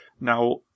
Now